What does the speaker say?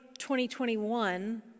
2021